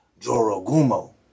Jorogumo